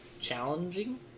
challenging